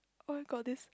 oh my god this